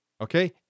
okay